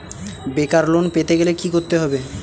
বেকার লোন পেতে গেলে কি করতে হবে?